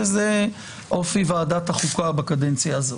זה אופי ועדת החוקה בקדנציה הזאת.